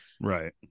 right